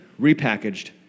repackaged